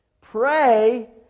pray